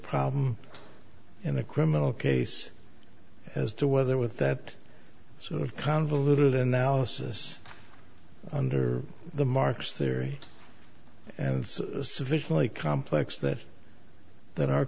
problem in a criminal case as to whether with that sort of convoluted analysis under the marxist theory and sufficiently complex that that our